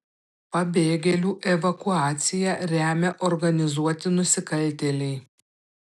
pabėgėlių evakuaciją remia organizuoti nusikaltėliai